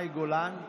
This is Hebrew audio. מאי גולן.